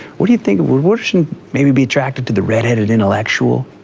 what do you think would wooderson maybe be attracted to the redheaded intellectual?